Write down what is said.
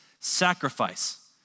sacrifice